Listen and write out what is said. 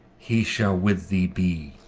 he shall with thee be.